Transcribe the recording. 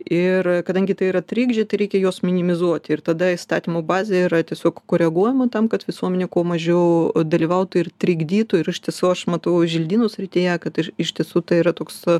ir kadangi tai yra trikdžiai tereikia juos minimizuoti ir tada įstatymų bazė yra tiesiog koreguojama tam kad visuomenė kuo mažiau dalyvautų ir trikdytų ir iš tiesų aš matau želdynų srityje kad iš tiesų tai yra toks